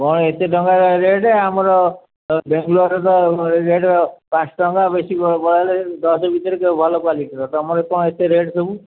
କଣ ଏତେ ଟଙ୍କା ରେଟ୍ ଆମର ବେଙ୍ଗଲୋର ତ ରେଟ୍ ପାଞ୍ଚ ଟଙ୍କା ବେଶୀ ନହେଲେ ଦଶ ଭିତରେ ଭଲ କ୍ଵାଲିଟିର ତମର କଣ ଏତେ ରେଟ୍ ସବୁ